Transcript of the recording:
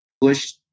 push